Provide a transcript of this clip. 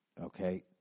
okay